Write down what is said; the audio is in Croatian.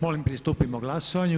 Molim pristupimo glasovanju.